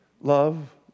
Love